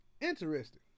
Interesting